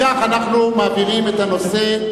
אם כך, אנחנו מעבירים את הנושא,